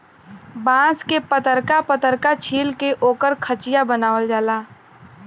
बांस के पतरका पतरका छील के ओकर खचिया बनावल जाला